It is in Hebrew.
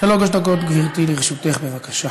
שלוש דקות, גברתי, לרשותך בבקשה.